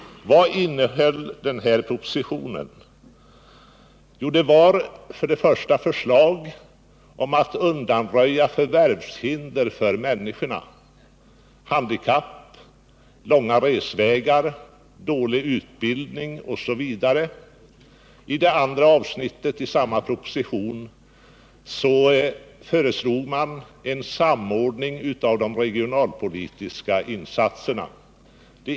Vad innehöll då propositionen? Jo, det var fråga om förslag för att undanröja vissa förvärvshinder för människorna — svårigheter vid handikapp, långa resvägar, dålig utbildning osv. I det andra avsnittet av samma proposition föreslogs samordning av de regionalpolitiska insatser.